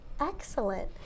excellent